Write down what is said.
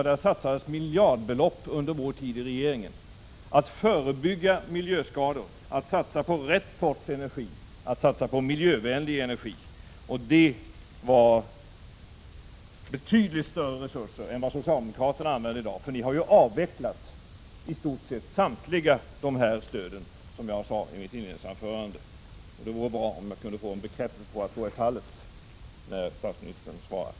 På det området anslogs miljardbelopp under vår tid i regeringen — för att förebygga miljöskador, för att satsa på rätt sorts energi, för att satsa på miljövänlig energi. Och det var betydligt större resurser än vad socialdemokraterna använder i dag — för ni har ju i stort sett avvecklat alla de här stöden, som jag sade i mitt inledningsanförande. Det vore bra om vi kunde få en bekräftelse på att så är fallet, när statsministern svarar.